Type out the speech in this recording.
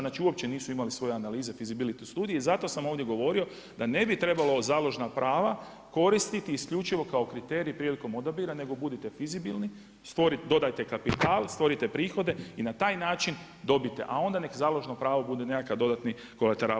Znači uopće nisu imali svoje analize feasibility studij i zato sam ovdje govorio da ne bi trebalo založna prava koristiti isključivo kao kriterij prilikom odabira nego budite fizibilni, dodajte kapital, stvorite prihode i na taj način dobite, a onda založno pravo bude nekakav dodatni kolateral.